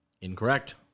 Incorrect